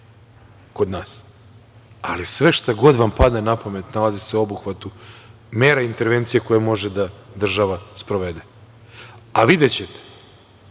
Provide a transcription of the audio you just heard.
kod nas, ali sve, šta god vam padne napamet, nalazi se u obuhvatu mera intervencija koje može država da sprovede. Videćete,